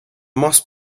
must